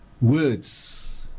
words